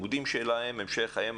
הלימודים שלהם ועל המשך חייהם.